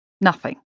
Nothing